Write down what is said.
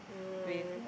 ah